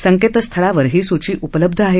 संकेतस्थळावर ही सूची उपलब्ध आहे